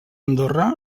andorra